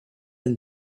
and